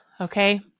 okay